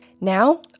Now